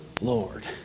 Lord